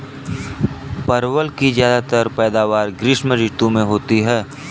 परवल की ज्यादातर पैदावार ग्रीष्म ऋतु में होती है